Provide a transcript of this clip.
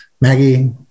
Maggie